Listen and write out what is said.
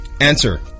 Answer